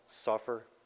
suffer